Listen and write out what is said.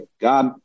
God